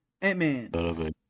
Ant-Man